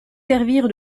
servir